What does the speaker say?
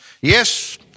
Yes